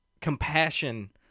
compassion